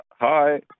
Hi